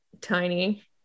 tiny